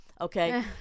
okay